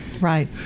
Right